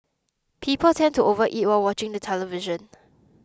people tend to overeat while watching the television